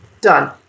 done